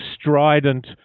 strident